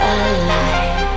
alive